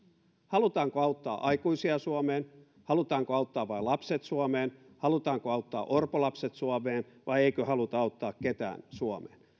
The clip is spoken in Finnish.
halutaanko auttaa aikuisia suomeen halutaanko auttaa vain lapset suomeen halutaanko auttaa orpolapset suomeen vai eikö haluta auttaa ketään suomeen